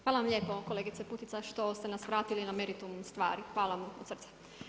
Hvala vam lijepo kolegica Putica što ste nas vratili na meritum stvari, hvala vam od srca.